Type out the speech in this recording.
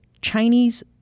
Chinese